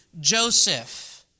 Joseph